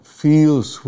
feels